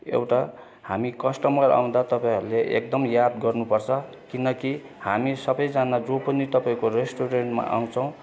एउटा हामी कस्टमर आउँदा तपाईँहरूले एकदम याद गर्नु पर्छ किनकि हामी सबैजना जो पनि तपाईँको रेस्टुरेन्टमा आउँछौँ